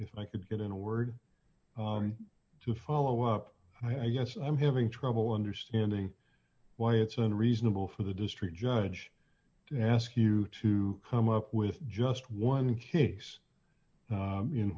if i could get in a word to follow up i guess i'm having trouble understanding why it's unreasonable for the district judge to ask you to come up with just one case